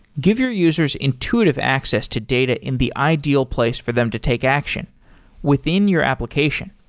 give your users intuitive access to data in the ideal place for them to take action within your application.